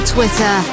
Twitter